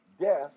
death